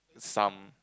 some